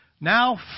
Now